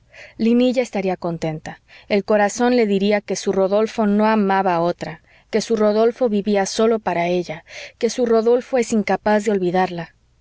linilla estaría contenta el corazón le diría que su rodolfo no amaba a otra que su rodolfo vivía sólo para ella que su rodolfo es incapaz